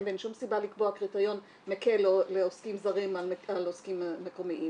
ואין שום סיבה לקבוע קריטריון מקל לעוסקים זרים על עוסקים מקומיים.